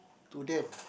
to them